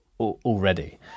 already